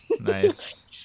nice